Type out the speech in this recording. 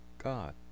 God